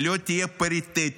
היא לא תהיה פריטטית,